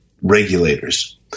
regulators